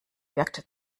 wirkt